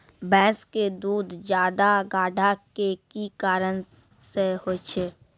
भैंस के दूध ज्यादा गाढ़ा के कि कारण से होय छै?